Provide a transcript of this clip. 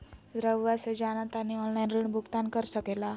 रहुआ से जाना तानी ऑनलाइन ऋण भुगतान कर सके ला?